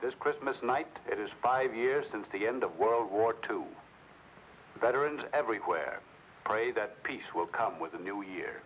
this christmas night it is five years since the end of world war two veterans everywhere pray that peace will come with the new year